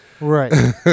Right